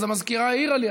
אז המזכירה העירה לי,